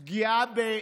פגיעה,